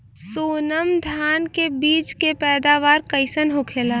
सोनम धान के बिज के पैदावार कइसन होखेला?